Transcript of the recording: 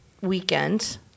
weekend